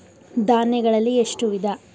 ಧಾನ್ಯಗಳಲ್ಲಿ ಎಷ್ಟು ವಿಧ?